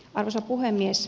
arvoisa puhemies